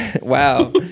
Wow